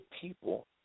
people